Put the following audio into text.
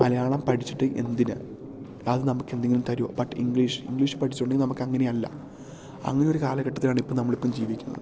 മലയാളം പഠിച്ചിട്ട് എന്തിന് അത് നമുക്ക് എന്തെങ്കിലും തരുമോ ബട്ട് ഇംഗ്ലീഷ് ഇംഗ്ലീഷ് പഠിച്ചുണ്ടെങ്കിൽ നമുക്ക് അങ്ങനെ അല്ല അങ്ങനെ ഒര് കാലഘട്ടത്തിലാണിപ്പം നമ്മളിപ്പം ജീവിക്കുന്നത്